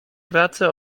pracę